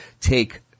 take